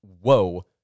whoa